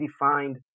defined